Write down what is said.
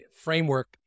framework